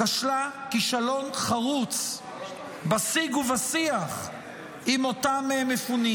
כשלה כישלון חרוץ בשיג ובשיח עם אותם מפונים,